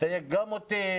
לתייג גם אותי,